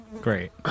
great